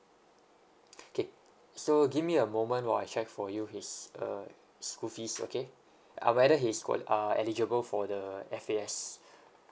okay so give me a moment while I check for you his uh school fees okay and whether he's qua~ uh eligible for the F_A_S